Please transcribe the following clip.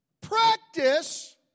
Practice